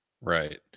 Right